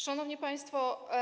Szanowni Państwo!